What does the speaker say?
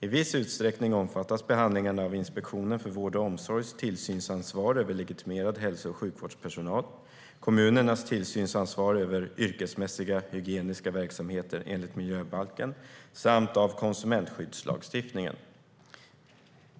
I viss utsträckning omfattas behandlingarna av Inspektionen för vård och omsorgs tillsynsansvar över legitimerad hälso och sjukvårdspersonal, kommunernas tillsynsansvar över yrkesmässiga hygieniska verksamheter enligt miljöbalken samt av konsumentskyddslagstiftningen.